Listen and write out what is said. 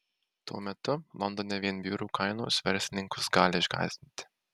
tuo metu londone vien biurų kainos verslininkus gali išgąsdinti